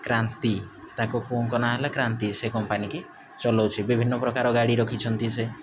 କ୍ରାନ୍ତି ତାଙ୍କ ପୁଅଙ୍କ ନାଁ ହେଲା କ୍ରାନ୍ତି ସେ କମ୍ପାନୀ କି ଚଲାଉଛି ବିଭିନ୍ନ ପ୍ରକାର ଗାଡ଼ି ରଖିଛନ୍ତି ସେ